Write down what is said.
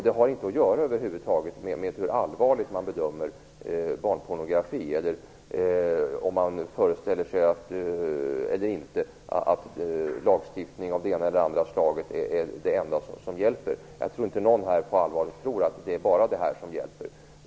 Det har över huvud taget inte att göra med hur allvarligt man bedömer barnpornografi eller om man föreställer sig att lagstiftning av det ena eller andra slaget är det enda som hjälper. Jag tror inte att någon här på allvar tror att det bara är det som hjälper.